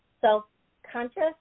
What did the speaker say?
self-conscious